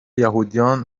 یهودیان